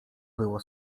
było